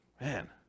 man